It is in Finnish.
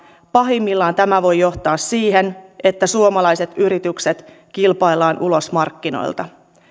pahimmillaan tämä voi johtaa siihen että suomalaiset yritykset kilpaillaan ulos markkinoilta